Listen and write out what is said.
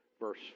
verse